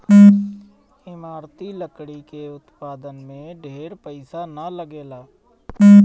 इमारती लकड़ी के उत्पादन में ढेर पईसा ना लगेला